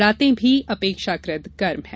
रातें भी अपेक्षाकृत गर्म हैं